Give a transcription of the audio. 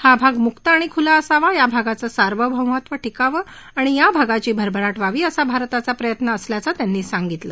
हा भाग मुक्त आणि खुला असावा या भागाचं सार्वभौमत्व टिकावं आणि या भागाची भरभराट व्हावी असा भारताचा प्रयत्न असल्याचं त्यांनी सांगितलं